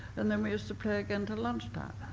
and then we used to play again till lunch time.